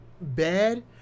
bad